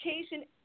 education